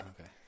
Okay